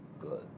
Good